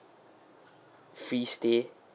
free stay